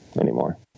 anymore